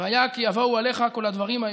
"והיה כי יבואו עליך כל הדברים האלה,